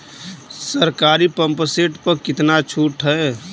सरकारी pump set प कितना छूट हैं?